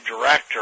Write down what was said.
director